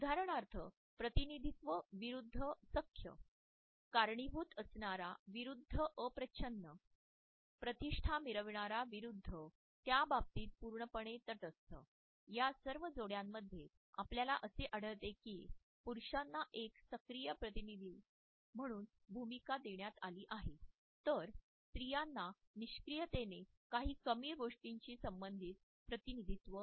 उदाहरणार्थ प्रतिनिधीत्व विरूद्ध सख्य कारणीभूत असणारा विरूद्ध अप्रछ्न्न प्रतिष्ठा मिरविणारा विरूद्ध त्याबाबतीत पूर्णपणे तटस्थ या सर्व जोड्यांमध्ये आपल्याला असे आढळते की पुरुषांना एक सक्रिय प्रतिनिधी म्हणून भूमिका देण्यात आली आहे तर स्त्रियांना निष्क्रीयतेने किंवा कमी गोष्टींशी संबधित प्रतिनिधीत्व आहे